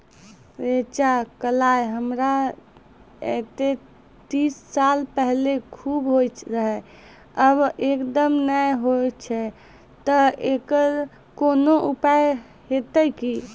रेचा, कलाय हमरा येते तीस साल पहले खूब होय रहें, अब एकदम नैय होय छैय तऽ एकरऽ कोनो उपाय हेते कि?